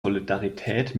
solidarität